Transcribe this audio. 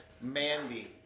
Mandy